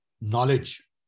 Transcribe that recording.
knowledge